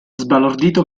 sbalordito